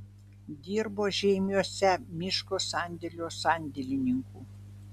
dirbo žeimiuose miško sandėlio sandėlininku